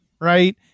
right